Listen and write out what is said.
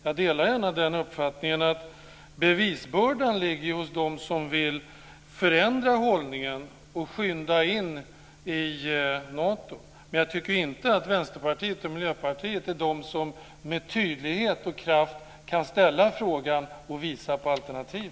Jag delar gärna den uppfattningen att bevisbördan ligger hos dem som vill ändra på den rådande situationen, förändra hållningen och skynda in i Nato. Men jag tycker inte att Vänsterpartiet och Miljöpartiet är de som med tydlighet och kraft kan ställa frågan och visa på alternativ.